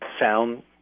sound